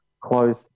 close